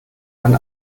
man